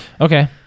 Okay